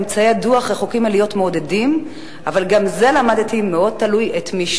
חוק ביטוח בריאות ממלכתי (תיקון, בחירה מבין נותני